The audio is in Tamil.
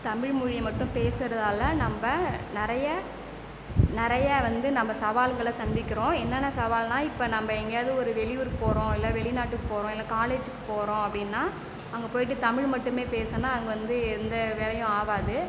தமிழ் மொழியை மட்டும் பேசுகிறதால நம்ப நிறைய நிறைய வந்து நம்ம சவால்களை சந்திக்கிறோம் என்னென்ன சவால்னா இப்போ நம்ப எங்கேயாவது ஒரு வெளியூர் போகறோம் இல்லை வெளிநாட்டுக்கு போகறோம் இல்லை காலேஜ்க்கு போகறோம் அப்படினா அங்கே போய்விட்டு தமிழ் மட்டுமே பேசுனா அங்கே வந்து எந்த வேலையும் ஆகாது